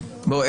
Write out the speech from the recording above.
בואי,